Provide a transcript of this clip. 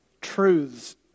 truths